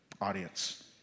audience